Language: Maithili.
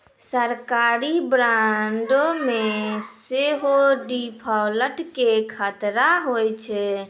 सरकारी बांडो मे सेहो डिफ़ॉल्ट के खतरा होय छै